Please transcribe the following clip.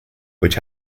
which